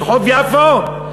ברחוב יפו,